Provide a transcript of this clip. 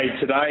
today